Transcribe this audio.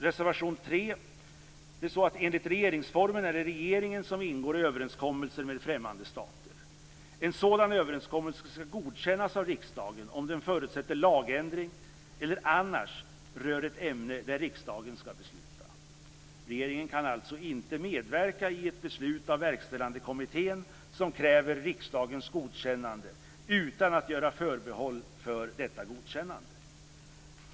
Reservation 3: Enligt regeringsformen är det regeringen som ingår överenskommelser med främmande stater. En sådan överenskommelse skall godkännas av riksdagen om den förutsätter lagändring eller annars rör ett ämne där riksdagen skall besluta. Regeringen kan alltså inte medverka i ett beslut av Verkställande kommittén, som kräver riksdagens godkännande, utan att göra förbehåll för detta godkännande.